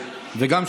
כהן,